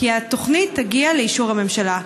כי התוכנית תגיע לאישור הממשלה.